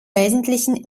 wesentlichen